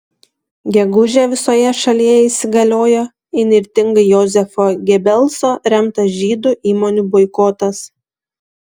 gegužę visoje šalyje įsigaliojo įnirtingai jozefo gebelso remtas žydų įmonių boikotas